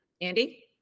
Andy